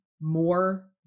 more